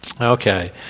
Okay